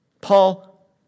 Paul